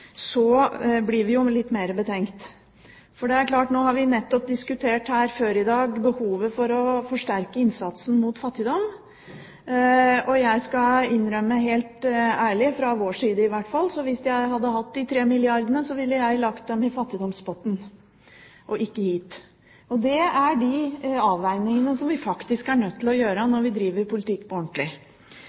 blir vi litt mer betenkt. Vi har før i dag diskutert behovet for å forsterke innsatsen mot fattigdom, og jeg skal helt ærlig innrømme – i hvert fall fra vår side – at hvis jeg hadde hatt de 3 milliardene, ville jeg lagt dem i fattigdomspotten og ikke her. Det er de avveiningene som vi faktisk er nødt til å gjøre når vi driver politikk på ordentlig.